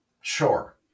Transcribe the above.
sure